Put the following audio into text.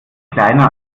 kleiner